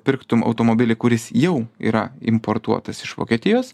pirktum automobilį kuris jau yra importuotas iš vokietijos